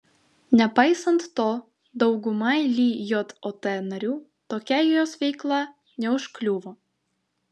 nepaisant to daugumai lijot narių tokia jos veikla neužkliuvo